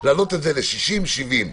להעלות את זה ל-60, 70?